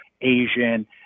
Asian